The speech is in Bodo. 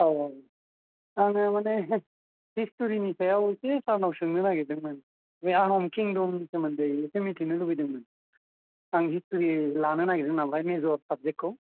औ औ आङो माने हिस्थरिनि सायाव एसे सारनाव सोंनो नागिरदोंमोन बे आहम किंदमनि सोमोन्दै एसे मिथिनो लुबैदोंमोन आं हिस्थरि लानो नागिरदों नालाय मेजर साबजेक्टखौ